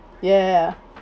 ya ya ya